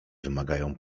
wymagają